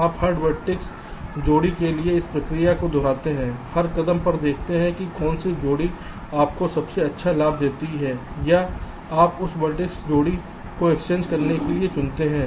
आप हर वेर्तिसेस जोड़ी के लिए इस प्रक्रिया को दोहराते हैं और हर कदम पर देखते हैं कि कौन सी जोड़ी आपको सबसे अच्छा लाभ देती है या आप उस वेर्तिसेस जोड़ी को एक्सचेंज करने के लिए चुनते हैं